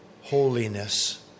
holiness